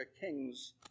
king's